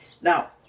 Now